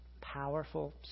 powerful